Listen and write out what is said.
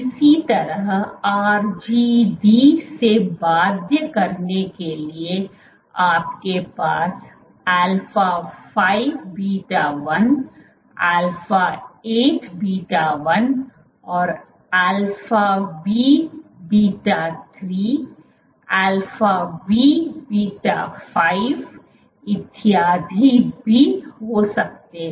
इसी तरह आरजीडी से बाध्य करने के लिए आपके पास अल्फा 5 बीटा 1 अल्फा 8 बीटा 1 और alpha V beta 3 alpha V beta 5 इत्यादि भी हो सकते हैं